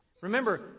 Remember